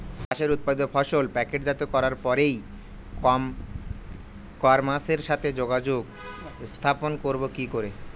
চাষের উৎপাদিত ফসল প্যাকেটজাত করার পরে ই কমার্সের সাথে যোগাযোগ স্থাপন করব কি করে?